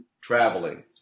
traveling